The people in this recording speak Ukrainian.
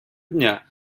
дня